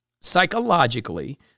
psychologically